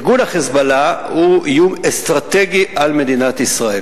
ארגון ה"חיזבאללה" הוא איום אסטרטגי על מדינת ישראל.